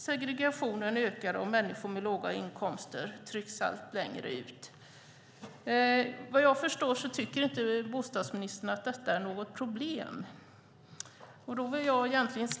Segregationen ökar, och människor med låga inkomster trycks allt längre ut. Vad jag förstår tycker inte bostadsministern att detta är något problem.